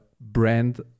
brand